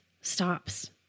stops